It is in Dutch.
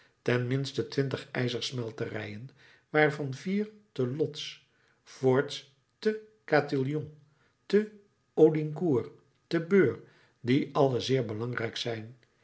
ten minste twintig ijzersmelterijen waarvan vier te lods voorts te chatillon te audincourt te beure die alle zeer belangrijk zijn